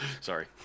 Sorry